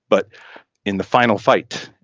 but in the final fight,